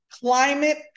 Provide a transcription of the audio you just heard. Climate